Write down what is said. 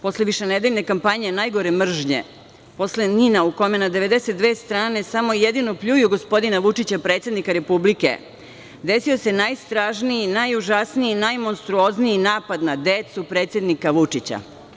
Posle višenedeljne kampanje najgore mržnje, posle NIN-a u kome na 92 strane samo jedino pljuju gospodina Vučića predsednika Republike, desio se najstrašniji, najužasniji, najmonstruozniji napad na decu predsednika Vučića.